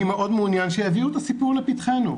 אני מאוד מעוניין שיביאו את הסיפור לפתחנו,